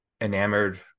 enamored